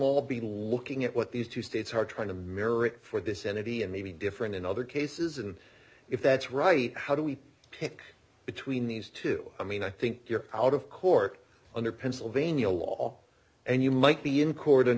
law be looking at what these two states are trying to mirror it for this entity and may be different in other cases and if that's right how do we pick between these two i mean i think you're out of court under pennsylvania law and you might be in court